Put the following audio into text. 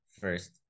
first